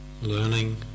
learning